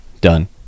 Done